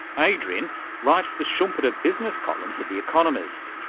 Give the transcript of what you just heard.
adrian writes the schumpeter business column for the economist.